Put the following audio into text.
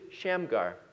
Shamgar